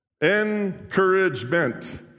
Encouragement